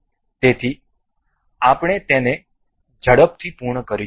તેથી આપણે તેને ઝડપથી પૂર્ણ કરીશું